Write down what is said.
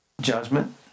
judgment